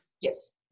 Yes